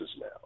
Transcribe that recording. now